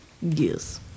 Yes